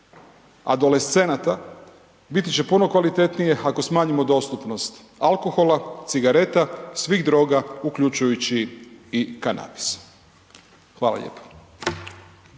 adolescenata biti će puno kvalitetnije ako smanjimo dostupnost alkohola, cigareta svih droga uključujući i kanabis. Hvala lijepo.